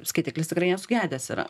skaitiklis tikrai nesugedęs yra